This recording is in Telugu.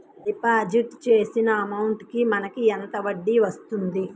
డిపాజిట్ చేసిన అమౌంట్ కి మనకి ఎంత వడ్డీ వస్తుంది?